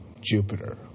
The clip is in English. Jupiter